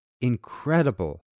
incredible